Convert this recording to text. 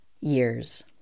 years